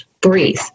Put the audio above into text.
breathe